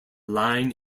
line